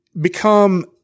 become